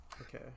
Okay